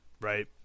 right